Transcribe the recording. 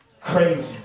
crazy